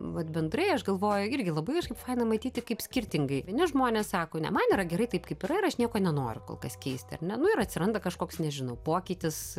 vat bendrai aš galvoju irgi labai kažkaip faina matyti kaip skirtingai vieni žmonės sako ne man yra gerai taip kaip yra ir aš nieko nenoriu kol kas keisti ar ne nu ir atsiranda kažkoks nežinau pokytis